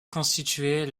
constituer